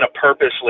purposely –